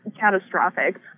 catastrophic